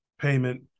payment